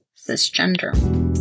cisgender